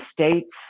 States